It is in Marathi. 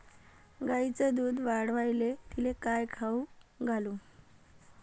गायीचं दुध वाढवायले तिले काय खाऊ घालू?